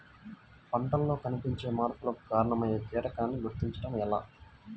పంటలలో కనిపించే మార్పులకు కారణమయ్యే కీటకాన్ని గుర్తుంచటం ఎలా?